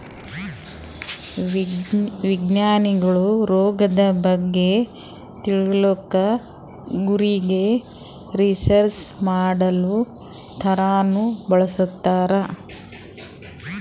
ವಿಜ್ಞಾನಿಗೊಳ್ ರೋಗದ್ ಬಗ್ಗೆ ತಿಳ್ಕೊಳಕ್ಕ್ ಕುರಿಗ್ ರಿಸರ್ಚ್ ಮಾಡಲ್ ಥರಾನೂ ಬಳಸ್ತಾರ್